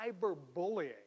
cyberbullying